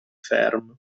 ferm